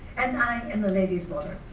and i am the lady's mother,